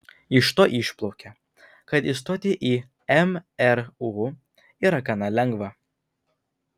iš to išplaukia kad įstoti į mru yra gana lengva